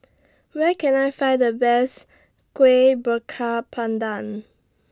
Where Can I Find The Best Kueh Bakar Pandan